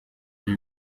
ibi